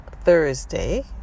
Thursday